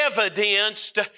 evidenced